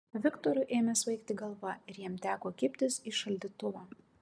viktorui ėmė svaigti galva ir jam teko kibtis į šaldytuvą